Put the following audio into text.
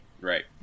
Right